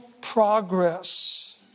progress